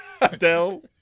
Adele